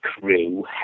crew